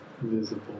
visible